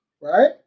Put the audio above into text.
Right